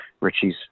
Richie's